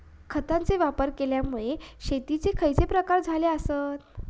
खतांचे वापर केल्यामुळे शेतीयेचे खैचे प्रकार तयार झाले आसत?